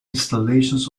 installations